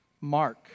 mark